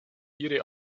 ihre